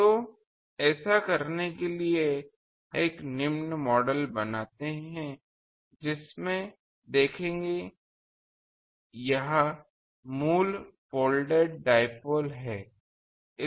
तो ऐसा करने के लिए हम एक निम्न मॉडल बनाते हैं जिसमे देखेें यह मूल फोल्डेड डाइपोल है